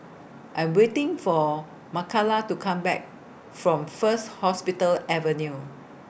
I Am waiting For Makala to Come Back from First Hospital Avenue